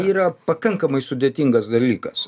yra pakankamai sudėtingas dalykas